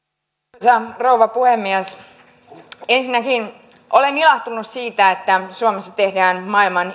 arvoisa rouva puhemies ensinnäkin olen ilahtunut siitä että suomessa tehdään maailman